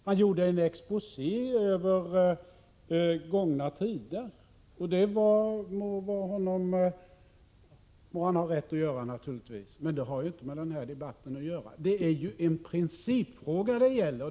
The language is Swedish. Han gjorde en exposé över gångna tider, och det må han ha rätt att göra, men det har inte med denna debatt att göra. Det är ju en principfråga som det gäller.